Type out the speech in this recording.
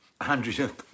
Andrew